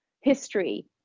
history